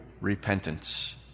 repentance